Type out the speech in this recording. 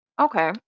Okay